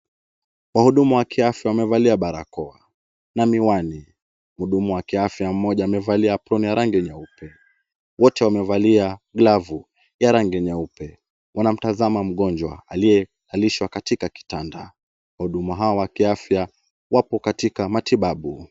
Wahudumu wa kiafya wamevalia barakoa na miwani. Mhudumu wa kiafya mmoja amevalia aproni ya rangi nyeupe. Wote wamevalia glavu ya rangi nyeupe. Wanamtazama mgonjwa aliyelalishwa katika kitanda. Wahudumu hawa wa kiafya wako katika matibabu.